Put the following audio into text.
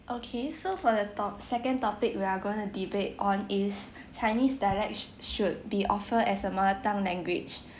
okay so for the top~ second topic we are going to debate on is chinese dialect sh~ should be offered as a mother tongue language